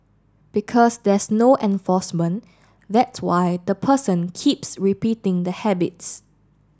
because there's no enforcement that's why the person keeps repeating the habits